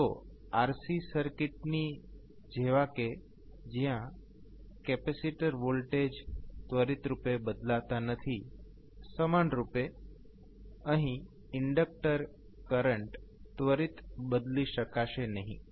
તો RC સર્કિટની જેવા કે જ્યાં કેપેસિટર વોલ્ટેજ ત્વરિત રૂપે બદલતા નથી સમાનરૂપે અહીં ઇન્ડક્ટર કરંટ ત્વરિત બદલી શકશે નહીં